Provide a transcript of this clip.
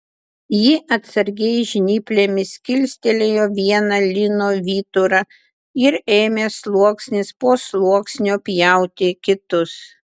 ji atsargiai žnyplėmis kilstelėjo vieną lino vyturą ir ėmė sluoksnis po sluoksnio pjauti kitus